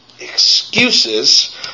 excuses